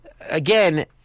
again